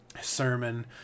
sermon